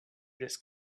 just